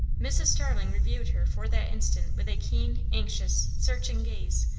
mrs. starling reviewed her for that instant with a keen, anxious, searching gaze,